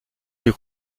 plus